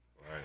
Right